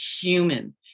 human